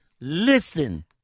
Listen